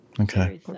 Okay